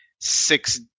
six